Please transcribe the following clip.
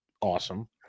Awesome